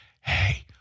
hey